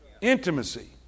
intimacy